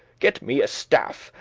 get me a staff,